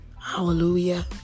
hallelujah